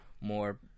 More